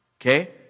Okay